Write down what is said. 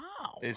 Wow